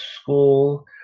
school